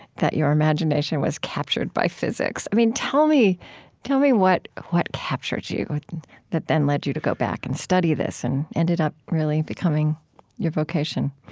that your imagination was captured by physics. i mean, tell me tell me what what captured you that then led you to go back and study this and ended up really becoming your vocation